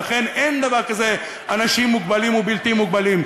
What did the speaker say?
לכן אין דבר כזה אנשים מוגבלים ובלתי מוגבלים,